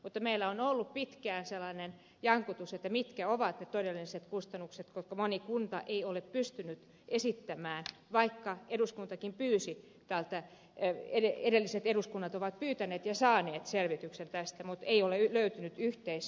mutta meillä on ollut pitkään sellainen jankutus että mitkä ovat ne todelliset kustannukset koska moni kunta ei ole niitä pystynyt esittämään vaikka eduskuntakin pyysi edelliset eduskunnat ovat pyytäneet ja saaneet selvityksen tästä mutta ei ole löytynyt yhteisymmärrystä